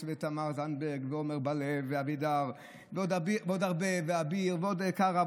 ותמר זנדברג ועמר בר לב ואבידר ואביר קארה,